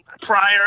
prior